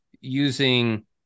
using